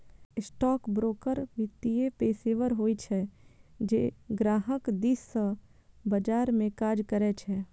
stockbroker वित्तीय पेशेवर होइ छै, जे ग्राहक दिस सं बाजार मे काज करै छै